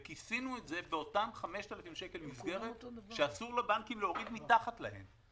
וכיסינו את זה באותם 5,000 שקל מסגרת שאסור לבנקים להוריד מתחת להם.